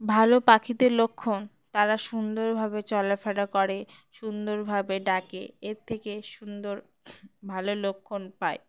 ভালো পাখিদের লক্ষণ তারা সুন্দরভাবে চলাফােরা করে সুন্দরভাবে ডাকে এর থেকে সুন্দর ভালো লক্ষণ পায়